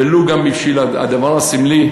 ולו גם בשביל הדבר הסמלי,